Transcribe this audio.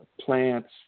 plants